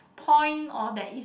point or that is